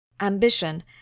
Ambition